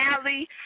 alley